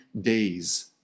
days